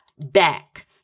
back